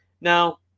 Now